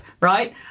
right